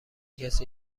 کسی